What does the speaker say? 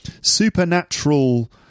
supernatural